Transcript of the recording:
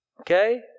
Okay